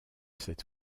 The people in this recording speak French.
cette